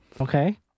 Okay